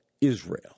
Israel